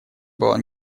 было